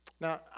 Now